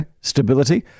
stability